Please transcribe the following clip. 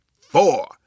four